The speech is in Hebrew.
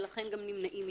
ולכן גם נמנעים מטיפול.